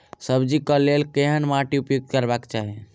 सब्जी कऽ लेल केहन माटि उपयोग करबाक चाहि?